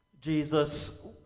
Jesus